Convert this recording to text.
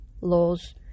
laws